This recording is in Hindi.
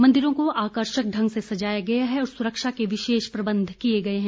मंदिरों को आकर्षक ढंग से सजाया गया है और सुरक्षा के विशेष प्रबंध किए गए हैं